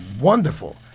wonderful